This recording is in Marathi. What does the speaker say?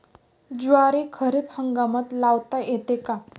ज्वारी खरीप हंगामात लावता येते का?